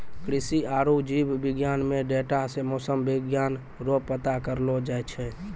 कृषि आरु जीव विज्ञान मे डाटा से मौसम विज्ञान रो पता करलो जाय छै